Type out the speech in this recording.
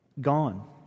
gone